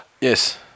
Yes